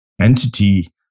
entity